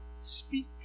Speak